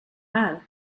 här